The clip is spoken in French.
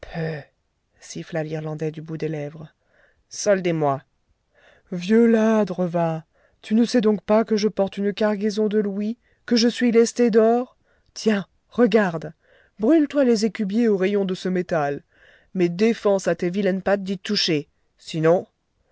l'irlandais du bout des lèvres soldez moi vieux ladre va tu ne sais donc pas que je porte une cargaison de louis que je suis lesté d'or tiens regarde brûle toi les écubiers aux rayons de ce métal mais défense à tes vilaines pattes d'y toucher sinon